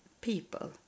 people